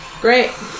Great